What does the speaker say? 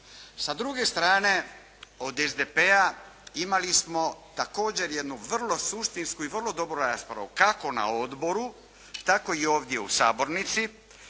Sa druge strane od SDP-a imali smo također jednu vrlo suštinsku i vrlo dobru raspravu kako na odboru tako i ovdje u sabornici.